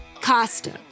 Costa